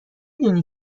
دونی